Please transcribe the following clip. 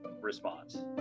response